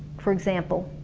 for example.